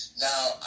Now